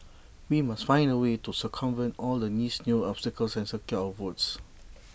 we must find A way to circumvent all the niece new obstacles and secure our votes